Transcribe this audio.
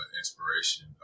inspiration